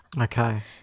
okay